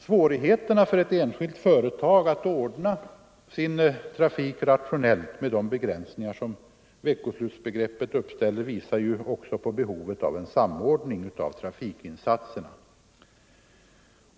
Svårigheten för ett enskilt företag att ordna sin trafik rationellt med de begränsningar som veckoslutsbegreppet uppställer visar också på behovet av en samordning av trafikinsatserna.